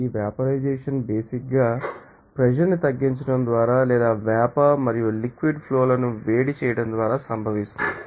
ఈవెపరైజెషన్ం basic ంగా pressure ని తగ్గించడం ద్వారా లేదా వేపర్ మరియు లిక్విడ్ ఫ్లో లను వేడి చేయడం ద్వారా సంభవిస్తుంది